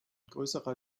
größerer